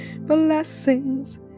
Blessings